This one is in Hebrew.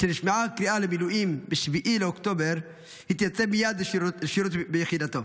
כשנשמעה הקריאה למילואים ב-7 באוקטובר הוא התייצב מייד לשירות ביחידתו.